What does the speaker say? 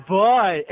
boy